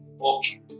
Okay